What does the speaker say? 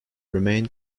remain